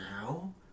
now